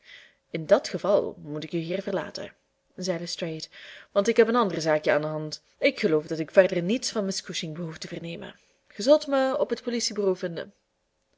in dat geval moet ik u hier verlaten zei lestrade want ik heb een ander zaakje aan de hand ik geloof dat ik verder niets van miss cushing behoef te vernemen ge zult me op het politiebureau vinden